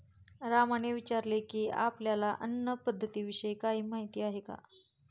रामने विचारले की, आपल्याला अन्न पद्धतीविषयी काही माहित आहे का?